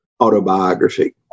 autobiography